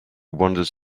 wanders